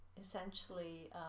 essentially